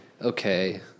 okay